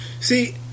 See